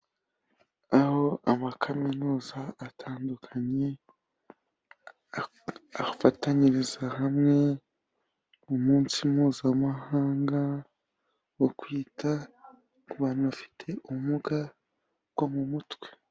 Aho amakaminuza atandukanye afatanyiriza hamwe umunsi mpuzamahanga wo kwita ku bantu bafite ubumuga bwo mu mutwe.